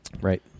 Right